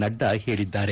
ನಡ್ಡಾ ಹೇಳಿದ್ದಾರೆ